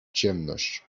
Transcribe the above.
ciemność